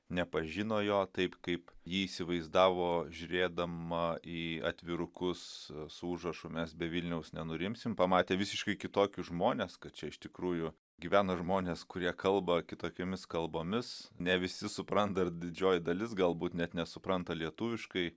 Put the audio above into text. nepažino jo taip kaip ji įsivaizdavo žiūrėdama į atvirukus su užrašu mes be vilniaus nenurimsim pamatė visiškai kitokius žmones kad čia iš tikrųjų gyvena žmonės kurie kalba kitokiomis kalbomis ne visi supranta ir didžioji dalis galbūt net nesupranta lietuviškai